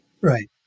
Right